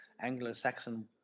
Anglo-Saxon